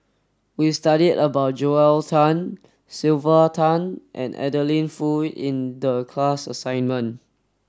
we studied about Joel Tan Sylvia Tan and Adeline Foo in the class assignment